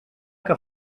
que